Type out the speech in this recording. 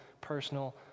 personal